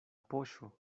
poŝo